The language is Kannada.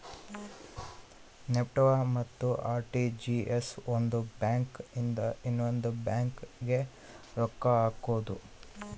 ನೆಫ್ಟ್ ಮತ್ತ ಅರ್.ಟಿ.ಜಿ.ಎಸ್ ಒಂದ್ ಬ್ಯಾಂಕ್ ಇಂದ ಇನ್ನೊಂದು ಬ್ಯಾಂಕ್ ಗೆ ರೊಕ್ಕ ಹಕೋದು